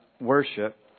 worship